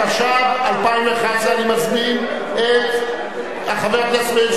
התשע"ב 2011. אני מזמין את חבר הכנסת מאיר